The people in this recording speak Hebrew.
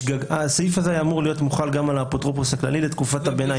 הסעיף הזה היה אמור להיות מוחל גם על האפוטרופוס הכללי לתקופת הביניים,